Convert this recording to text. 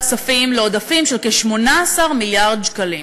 הכספים לעודפים של כ-18 מיליארד שקלים.